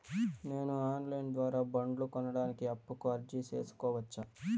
నేను online ద్వారా బండ్లు కొనడానికి అప్పుకి అర్జీ సేసుకోవచ్చా?